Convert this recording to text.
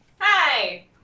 Hi